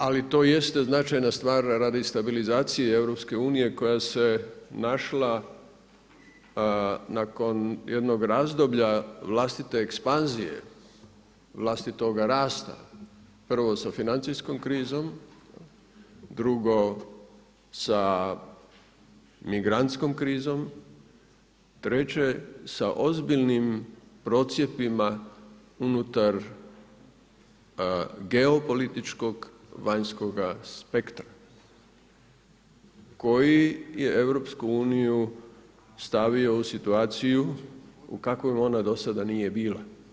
Ali to jeste značajna stvar radi stabilizacije EU koja se našla nakon jednog razdoblja vlastite ekspanzije, vlastitoga rasta, prvo sa financijskom krizom, drugo sa migrantskom krizom, treće sa ozbiljnim procjepima unutar geopolitičkog vanjskoga spektra koji je EU stavio u situaciju u kakvoj ona do sada nije bila.